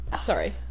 Sorry